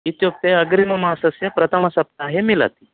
इत्युक्ते अग्रिममासस्य प्रथमसप्ताहे मिलति